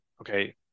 okay